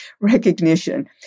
recognition